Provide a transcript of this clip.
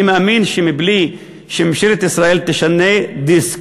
אני מאמין שבלי שממשלת ישראל תשנה דיסק,